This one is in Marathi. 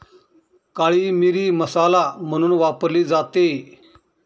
काळी मिरी मसाला म्हणून वापरली जाते